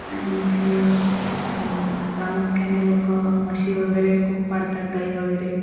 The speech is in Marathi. आणि इथे प्रामुख्याने लोकं म्हशी वगैरे खूप पाळतात गाई वगैरे